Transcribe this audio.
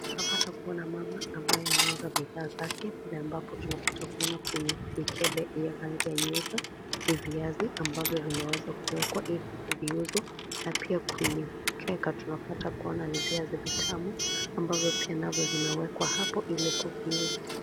Tunapata kuona mama ambaya anaweza kuuza bidhaa zake pale ambapo tunapata kuona kwenye mikebe ya rangi ya nyeupe ni viazi ambavyo vimeweza kuwekwa ili kuviuza na pia kwenye mkeka tunapata kuona ni viazi vitamu ambavyo pia navyo vimewekwa hapo ili kuviuza.